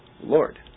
Lord